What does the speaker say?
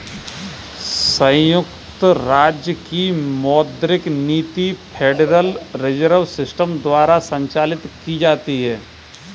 संयुक्त राज्य की मौद्रिक नीति फेडरल रिजर्व सिस्टम द्वारा संचालित की जाती है